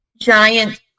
giant